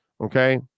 okay